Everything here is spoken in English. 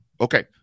Okay